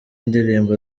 ndirimbo